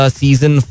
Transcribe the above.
season